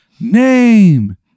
name